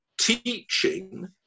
teaching